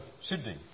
Sydney